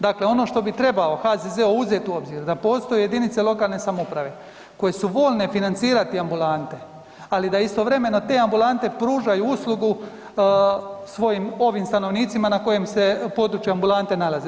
Dakle, ono što bi trebao HZZO uzeti u obzir da postoje jedinice lokalne samouprave koje su voljne financirati ambulante, ali da istovremeno te ambulante pružaju uslugu svojim ovim stanovnicima na kojem se području ambulante nalaze.